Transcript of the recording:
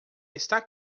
está